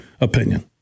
opinion